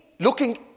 Looking